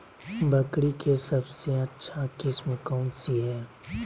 बकरी के सबसे अच्छा किस्म कौन सी है?